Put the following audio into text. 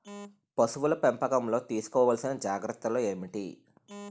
పశువుల పెంపకంలో తీసుకోవల్సిన జాగ్రత్త లు ఏంటి?